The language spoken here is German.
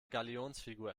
galionsfigur